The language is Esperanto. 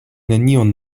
neniun